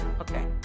okay